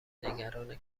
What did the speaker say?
نگران